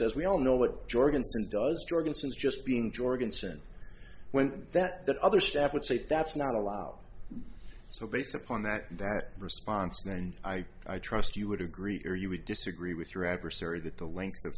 says we all know what jorgenson does jorgensen's just being jorgensen when that other staff would say that's not allow so based upon that that response then i i trust you would agree or you would disagree with your adversary that the length of